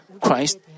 Christ